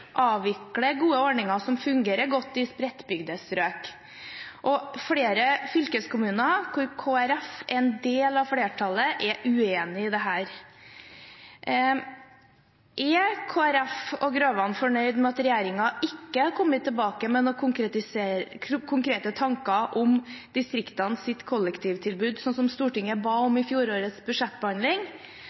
avvikle gode ordninger som fungerer godt i spredt bebygde strøk. Flere fylkeskommuner, hvor Kristelig Folkeparti er en del av flertallet, er uenig i dette. Er Kristelig Folkeparti og representanten Grøvan fornøyd med at regjeringen ikke har kommet tilbake med noen konkrete tanker om distriktenes kollektivtilbud, slik som Stortinget ba om i fjorårets budsjettbehandling?